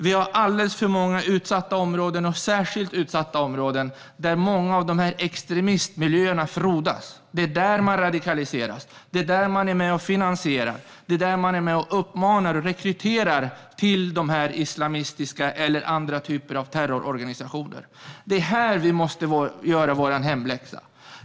Vi har alldeles för många utsatta områden och särskilt utsatta områden där många av extremismmiljöerna frodas. Det är där man radikaliseras, det är där man är med och finansierar och det är där man är med och uppmanar och rekryterar till de här islamistiska terrororganisationerna eller andra typer av terrororganisationer. Det är här vi måste göra vår hemläxa.